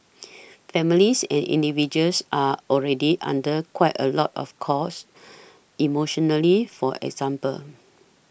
families and individuals are already under quite a lot of course emotionally for example